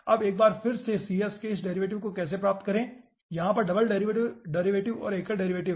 अब एक बार फिर से के इस डेरिवेटिव को कैसे प्राप्त करें यहाँ पर डबल डेरिवेटिव और एकल डेरिवेटिव